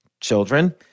children